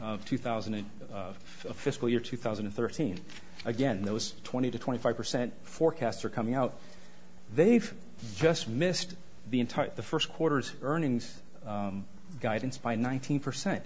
of two thousand and of fiscal year two thousand and thirteen again those twenty to twenty five percent forecasts are coming out they've just missed the entire the first quarter's earnings guidance by nineteen per